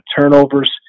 turnovers